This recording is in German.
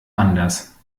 anders